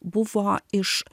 buvo iš